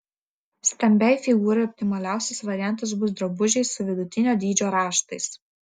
stambiai figūrai optimaliausias variantas bus drabužiai su vidutinio dydžio raštais